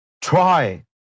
try